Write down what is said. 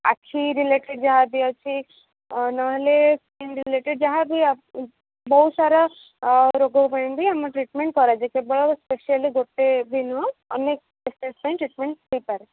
ଆଖି ରିଲେଟେଡ଼୍ ଯାହା ବି ଅଛି ନହଲେ ସ୍କିନ୍ ରିଲେଟେଡ଼୍ ଯାହା ବି ବହୁତ ସାରା ରୋଗ ପାଇଁ ବି ଆମର ଟ୍ରିଟ୍ମେଣ୍ଟ୍ କରାଯାଏ କେବଳ ସ୍ପେସିଆଲି ଗୋଟେ ବି ନୁହଁ ଅନେକ କେସେସ୍ ପାଇଁ ଟ୍ରିଟ୍ମେଣ୍ଟ୍ ହୋଇପାରେ